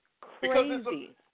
crazy